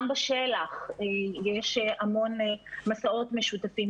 גם בשל"ח יש המון מסעות משותפים.